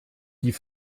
die